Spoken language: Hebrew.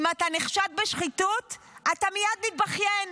אם אתה נחשד בשחיתות אתה מייד מתבכיין: